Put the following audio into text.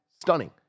stunning